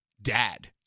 dad